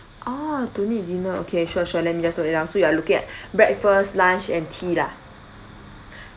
orh don't need dinner okay sure sure let me just note that down so you are looking at breakfast lunch and tea lah